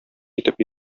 итеп